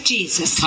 Jesus